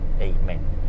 amen